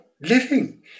living